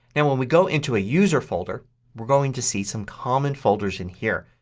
now when we go into a user folder we're going to see some common folders in here.